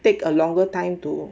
take a longer time to